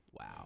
Wow